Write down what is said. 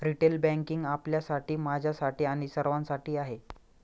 retail banking आपल्यासाठी, माझ्यासाठी आणि सर्वांसाठी आहे